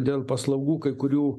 dėl paslaugų kai kurių